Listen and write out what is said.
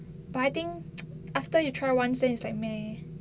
but I think after you try [one] then is like meh